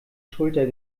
schulter